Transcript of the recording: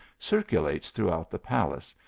circulates throughout the palace,